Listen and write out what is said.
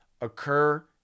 occur